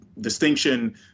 distinction